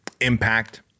impact